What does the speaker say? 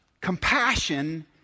Compassion